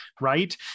right